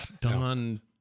Don